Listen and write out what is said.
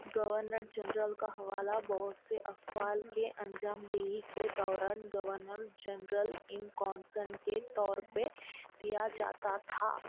governor general کا حوالہ بہت سے افعال کے انجامدہی کے دوران گورنر جنرل ان کاؤنسن کے طور پہ دیا جاتا تھا